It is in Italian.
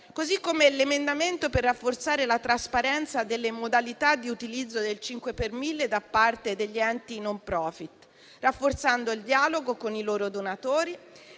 così come l'emendamento per rafforzare la trasparenza delle modalità di utilizzo del cinque per mille da parte degli enti *non profit*, rafforzando il dialogo con i loro donatori